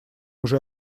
уже